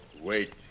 wait